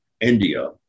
India